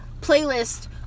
playlist